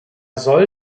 soll